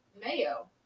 Mayo